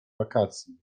wakacji